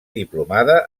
diplomada